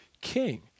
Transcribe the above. king